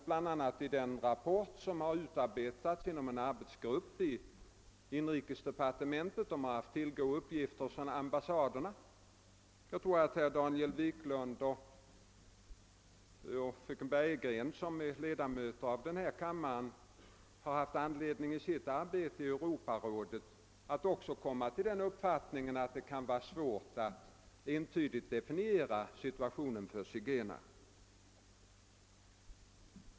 Bland annat gäller detta den rapport som utarbetats inom en arbetsgrupp i inrikesdepartementet, varvid man har haft att tillgå uppgifter från de svenska ambassaderna. Jag tror också att herr Wiklund i Stockholm och fröken Bergegren som är ledamöter av denna kammare vid sitt arbete i Europarådet måste ha kommit till den uppfattningen, att det kan vara svårt att entydigt definiera zigenarnas situation.